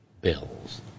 bills